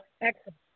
Excellent